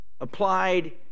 applied